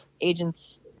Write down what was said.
agents